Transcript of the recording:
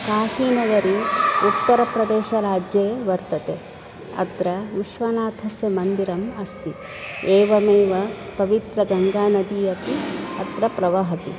काशीनगरी उत्तरप्रदेशराज्ये वर्तते अत्र विश्वनाथस्य मन्दिरम् अस्ति एवमेव पवित्रगङ्गानदी अपि अत्र प्रवहति